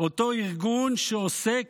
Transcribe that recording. אותו ארגון שעוסק